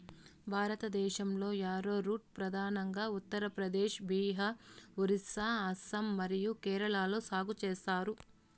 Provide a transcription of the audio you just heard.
భారతదేశంలో, యారోరూట్ ప్రధానంగా ఉత్తర ప్రదేశ్, బీహార్, ఒరిస్సా, అస్సాం మరియు కేరళలో సాగు చేస్తారు